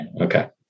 Okay